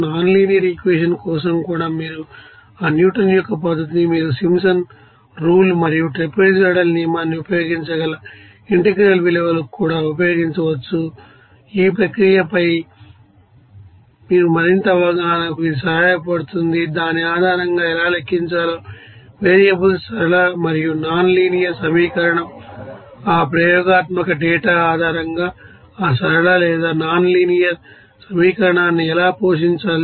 non linear equation కోసం కూడా మీరు ఆ న్యూటన్ యొక్క పద్ధతిని మీరు సింప్సన్స్ రూల్ మరియు ట్రాపెజోయిడల్ నియమాన్ని ఉపయోగించగల ఇంటెగ్రల్ విలువలకు కూడా ఉపయోగించవచ్చు ఈ ప్రక్రియపై మీ మరింత అవగాహనకు ఇది సహాయపడుతుంది దాని ఆధారంగా ఎలా లెక్కించాలో వేరియబుల్స్ సరళ మరియు నాన్ లీనియర్ సమీకరణం ఆ ప్రయోగాత్మక డేటా ఆధారంగా ఆ సరళ లేదా నాన్ లీనియర్ సమీకరణాన్ని ఎలా పోషించాలి